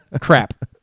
crap